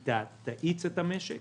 היא תאיץ את המשק